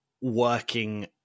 working